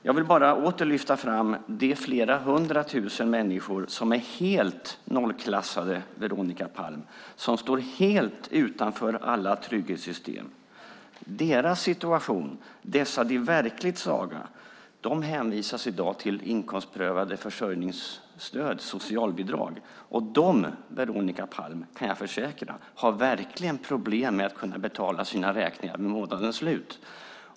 Jag vill bara åter lyfta fram de flera hundra tusen människor som är helt nollklassade, Veronica Palm, och står helt utanför alla trygghetssystem. Deras situation, dessa de verkligt svaga, hänvisas i dag till inkomstprövade försörjningsstöd, socialbidrag. Och de, Veronica Palm, kan jag försäkra har verkligen problem med att kunna betala sina räkningar vid månadens slut.